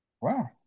Wow